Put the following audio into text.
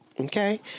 okay